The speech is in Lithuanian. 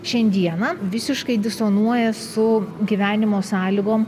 šiandieną visiškai disonuoja su gyvenimo sąlygom